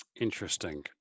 Interesting